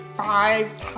five